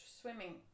swimming